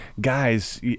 guys